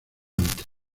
antes